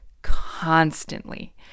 constantly